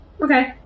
okay